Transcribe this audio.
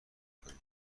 کنی